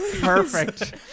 Perfect